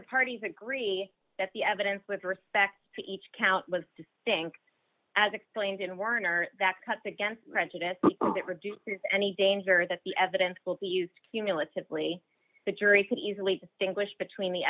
the parties agree that the evidence with respect to each count was to stink as explained in werner that cuts against prejudice that reduces any danger that the evidence will be used cumulatively the jury can easily distinguish between the